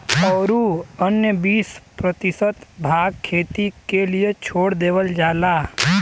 औरू अन्य बीस प्रतिशत भाग खेती क लिए छोड़ देवल जाला